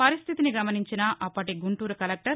పరిస్లితిని గమనించిన అప్పటి గుంటూరు కలెక్లర్